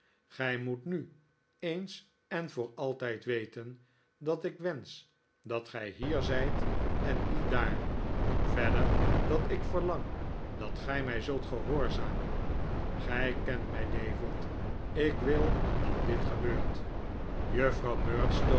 gij moet nu eens en voor altijd weten dat ik wensch dat gij hier zijt en niet daar verder dat ik verlang dat gij mij zult gehoorzamen gij kent mij david ik wil dat dit gebeurt juffrouw